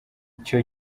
cyo